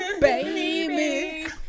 Baby